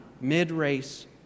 mid-race